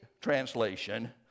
translation